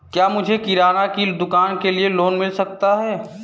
क्या मुझे किराना की दुकान के लिए लोंन मिल सकता है?